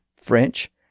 French